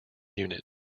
unit